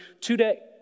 today